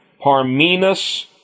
Parmenas